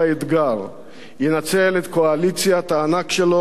ינצל את קואליציית הענק שלו ויביא לשינוי